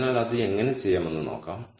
അതിനാൽ അത് എങ്ങനെ ചെയ്യാമെന്ന് നോക്കാം